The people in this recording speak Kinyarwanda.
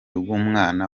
bw’umwana